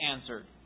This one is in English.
answered